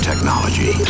Technology